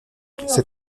cette